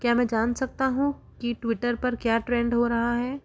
क्या मैं जान सकता हूँ कि ट्विटर पर क्या ट्रेंड हो रहा है